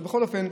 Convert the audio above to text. בכל אופן,